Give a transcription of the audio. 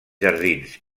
jardins